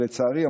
לצערי,